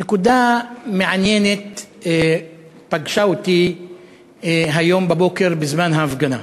נקודה מעניינת פגשתי היום בבוקר בזמן ההפגנה.